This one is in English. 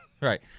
Right